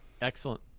Excellent